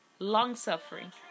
Long-suffering